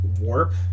warp